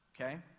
Okay